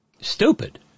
stupid